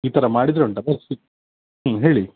ಈ ಥರ ಮಾಡಿದರೆ ಉಂಟಲ್ಲ ಶೀತ ಹ್ಞೂ ಹೇಳಿ